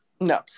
no